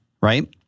right